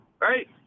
Right